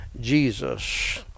Jesus